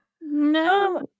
no